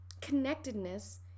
connectedness